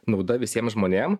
nauda visiem žmonėm